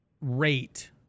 rate